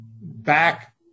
back